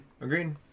agreed